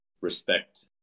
respect